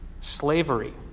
Slavery